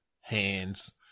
hands